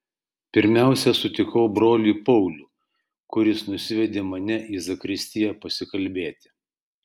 pirmiausia sutikau brolį paulių kuris nusivedė mane į zakristiją pasikalbėti